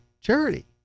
charity